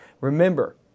Remember